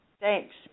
Thanks